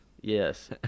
Yes